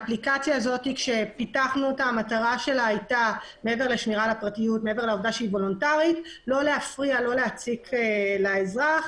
פיתוח האפליקציה הייתה לא להציק לאזרח